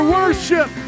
worship